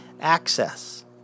access